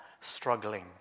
struggling